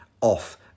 off